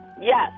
Yes